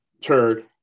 turd